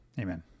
Amen